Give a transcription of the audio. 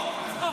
פה.